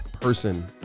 person